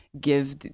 give